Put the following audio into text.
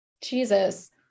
Jesus